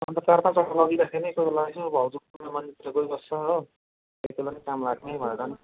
अन्त चार पाँचवटा लगिराख्यो भने कोही बेला यसो भाउजू पूजा मन्दिरतिर गइबस्छ हो त्यति बेला पनि काम लाग्ने भनेर नि